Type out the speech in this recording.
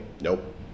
Nope